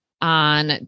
on